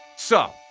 so,